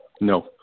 No